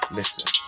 Listen